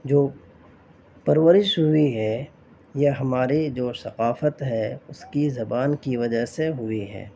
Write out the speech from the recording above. جو پرورش ہوئی ہے یا ہماری جو ثقافت ہے اس کی زبان کی وجہ سے ہوئی ہے